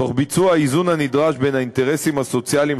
תוך ביצוע האיזון הנדרש בין האינטרסים הסוציאליים,